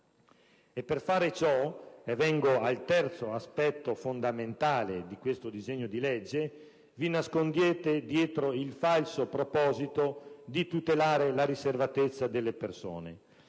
Per fare ciò - e vengo al terzo aspetto fondamentale di questo disegno di legge - vi nascondete dietro il falso proposito di tutelare la riservatezza delle persone.